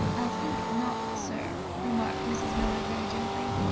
i think not, sir, remarked mrs. miller very gently.